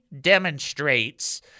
demonstrates